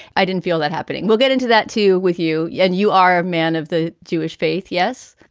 i didn't feel that happening. we'll get into that, too, with you. yeah and you are a man of the jewish faith yes,